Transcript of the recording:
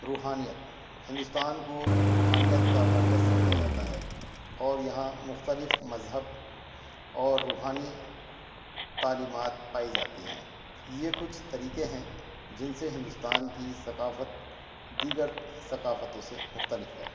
روحانیت ہندوستان کو روحانیت کا مرکز سمجھا جاتا ہے اور یہاں مختلف مذہب اور روحانی تعلیمات پائی جاتی ہیں یہ کچھ طریقے ہیں جن سے ہندوستان کی ثقافت دیگر ثقافتوں سے مختلف ہے